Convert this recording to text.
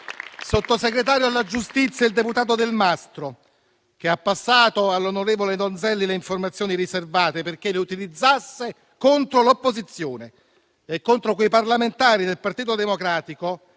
sottosegretario per la giustizia il deputato Delmastro Delle Vedove, che ha passato all'onorevole Donzelli le informazioni riservate perché le utilizzasse contro l'opposizione e contro quei parlamentari del Partito Democratico